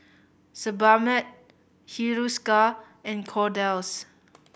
Sebamed Hiruscar and Kordel's